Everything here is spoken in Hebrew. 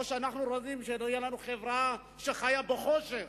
או שאנחנו רוצים שתהיה לנו חברה שחיה בחושך,